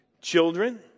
children